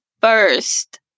first